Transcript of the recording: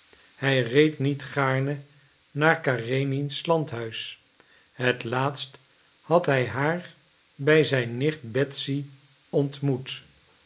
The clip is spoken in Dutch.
hij reed niet gaarne naar karenins landhuis het laatst had hij haar bij zijn nicht betsy ontmoet